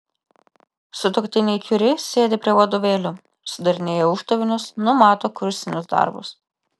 sutuoktiniai kiuri sėdi prie vadovėlių sudarinėja uždavinius numato kursinius darbus